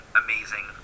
amazing